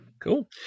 Cool